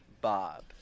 Bob